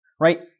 right